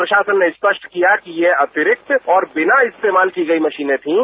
प्रशासन ने स्पष्ट किया कि ये अतिरिक्त और बिना इस्तेमाल की गई मशीने थीं